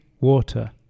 water